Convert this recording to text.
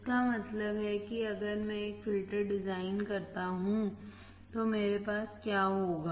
इसका मतलब है कि अगर मैं एक फिल्टर डिजाइन करता हूं तो मेरे पास क्या होगा